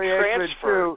transfer